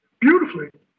beautifully